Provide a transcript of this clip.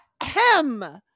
hem